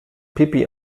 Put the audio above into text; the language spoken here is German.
pipi